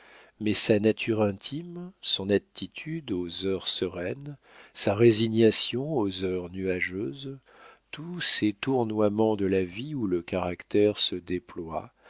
mais sa nature intime son attitude aux heures sereines sa résignation aux heures nuageuses tous ces tournoiements de la vie où le caractère se déploie